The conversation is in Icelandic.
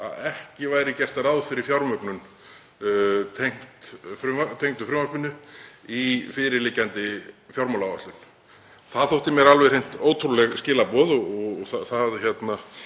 að ekki væri gert ráð fyrir fjármögnun tengdri frumvarpinu í fyrirliggjandi fjármálaáætlun. Það þóttu mér alveg hreint ótrúleg skilaboð. Málið